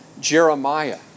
Jeremiah